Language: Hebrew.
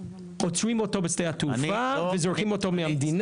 עוצרים אותו בשדה התעופה וזורקים אותו מהמדינה.